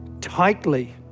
tightly